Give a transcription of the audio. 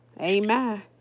Amen